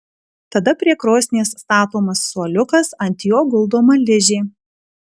tada prie krosnies statomas suoliukas ant jo guldoma ližė